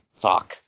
Fuck